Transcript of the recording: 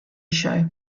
show